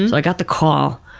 and i got the call,